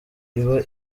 iba